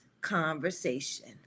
conversation